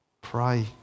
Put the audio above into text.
pray